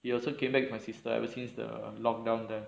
he also came back my sister ever since the lock down there